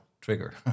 trigger